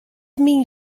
myn